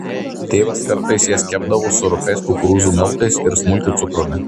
tėvas kartais jas kepdavo su rupiais kukurūzų miltais ir smulkiu cukrumi